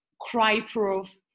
cry-proof